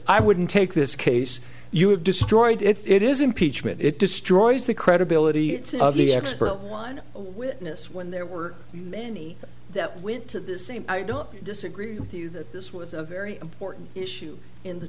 i wouldn't take this case you have destroyed if it is impeachment it destroys the credibility of the expert one witness when there were many that went to the same i don't disagree with you that this was a very important issue in the